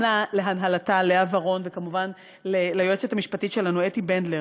וגם למנהלת לאה ורון וליועצת המשפטית שלנו אתי בנדלר.